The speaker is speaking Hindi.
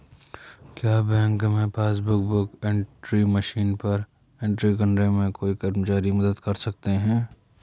क्या बैंक में पासबुक बुक एंट्री मशीन पर एंट्री करने में कोई कर्मचारी मदद कर सकते हैं?